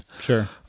Sure